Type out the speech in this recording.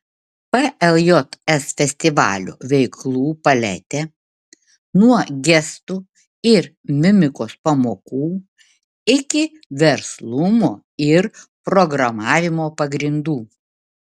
pljs festivalio veiklų paletė nuo gestų ir mimikos pamokų iki verslumo ir programavimo pagrindų